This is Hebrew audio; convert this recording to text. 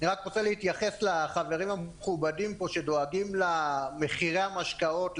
אני רוצה להתייחס לחברים המכובדים פה שדואגים למחירי המשקאות,